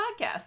Podcast